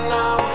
now